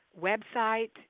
website